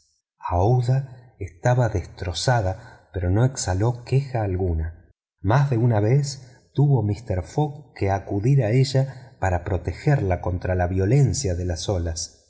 aouida estaba destrozada pero no exhaló queja alguna más de una vez tuvo mister fogg que acudir a ella para protegerla contra la violencia de las olas